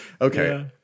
Okay